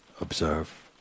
observe